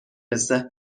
رسه